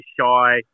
shy